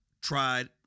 tried